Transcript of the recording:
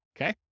Okay